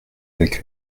avec